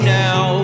now